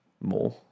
more